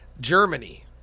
Germany